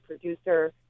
producer